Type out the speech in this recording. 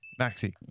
Maxi